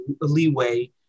leeway